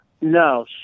No